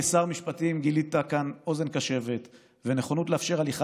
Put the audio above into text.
כשר משפטים גילית כאן אוזן קשבת ונכונות לאפשר הליכה